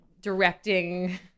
directing